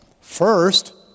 First